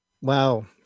Wow